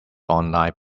online